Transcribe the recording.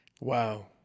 Wow